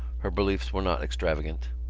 her beliefs were not extravagant.